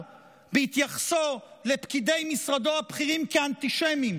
בהתייחסו לפקידי משרדו הבכירים כאנטישמים,